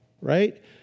right